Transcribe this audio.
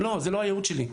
לא, זה לא הייעוד שלי,